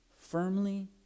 firmly